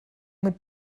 mit